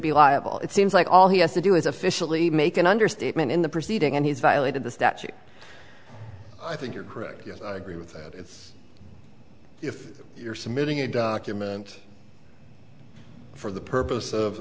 be liable it seems like all he has to do is officially make an understatement in the proceeding and he's violated the statute i think you're correct yes i agree with that it's if you're submitting a document for the purpose of